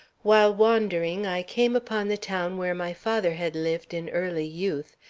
while wandering, i came upon the town where my father had lived in early youth,